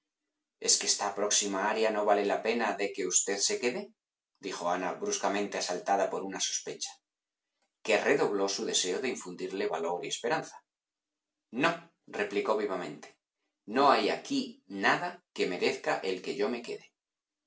es que esta próxima aria no vale la pena de que usted se quede dijo ana bruscamente asaltada por una sospecha que redobló su deseo de infundirle valor y esperanza no replicó vivamente no hay aquí nada que merezca el que yo me quede